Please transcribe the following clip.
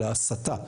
אלא הסטה.